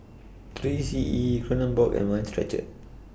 three C E Kronenbourg and Mind Stretcher